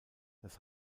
das